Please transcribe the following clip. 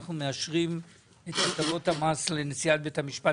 אנחנו מאשרים את תקנות המס לנשיאת בית המשפט